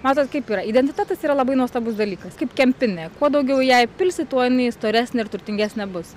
matot kaip yra identitetas yra labai nuostabus dalykas kaip kempinė kuo daugiau į ją įpilsi tuo jinai storesnė ir turtingesnė bus